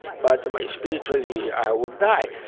but ah spiritually, i would die.